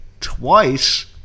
twice